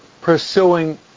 pursuing